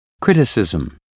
criticism